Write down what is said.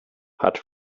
hat